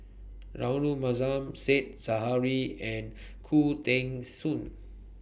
Rahayu Mahzam Said Zahari and Khoo Teng Soon